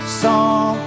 song